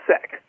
sick